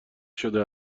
شده